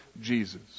Jesus